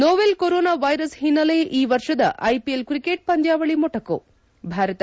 novel corona virus ಹಿನ್ನೆಲೆ ಈ ವರ್ಷದ ಐಪಿಎಲ್ ಕ್ರಿಕೆಟ್ ಪಂದ್ಲಾವಳಿ ಮೊಟಕು ಸಾಧ್ಯತೆ ಭಾರತ